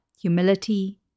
humility